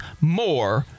more